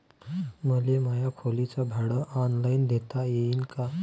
मले माया खोलीच भाड ऑनलाईन देता येईन का?